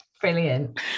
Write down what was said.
Brilliant